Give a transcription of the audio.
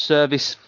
Service